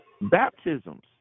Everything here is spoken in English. Baptisms